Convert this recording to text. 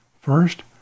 First